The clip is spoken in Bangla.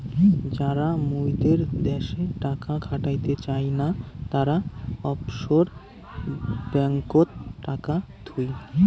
যারা মুইদের দ্যাশে টাকা খাটাতে চায় না, তারা অফশোর ব্যাঙ্ককোত টাকা থুই